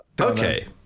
okay